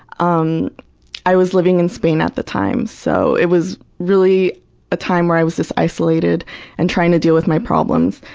um i was living in spain at the time, so it was really a time when i was just isolated and trying to deal with my problems.